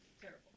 terrible